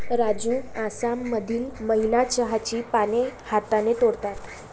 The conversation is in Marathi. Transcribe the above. राजू आसाममधील महिला चहाची पाने हाताने तोडतात